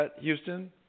Houston